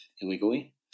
illegally